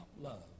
love